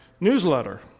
newsletter